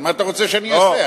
אז מה אתה רוצה שאני אעשה?